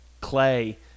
Clay